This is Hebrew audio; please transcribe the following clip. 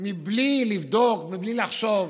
מבלי לבדוק, מבלי לחשוב.